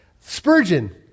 Spurgeon